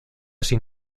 sin